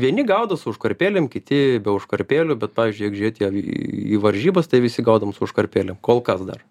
vieni gaudo su užkarpėlėm kiti be užkarpėlių bet pavyzdžiui jeigu žiūrėt į į į varžybas tai visi gaudom su užkarpėlėm kol kas dar